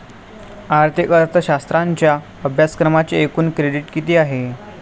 आर्थिक अर्थशास्त्राच्या अभ्यासक्रमाचे एकूण क्रेडिट किती आहेत?